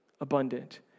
Abundant